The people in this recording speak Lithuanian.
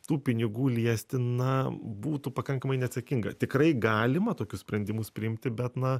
tų pinigų liesti na būtų pakankamai neatsakinga tikrai galima tokius sprendimus priimti bet na